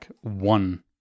one